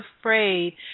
afraid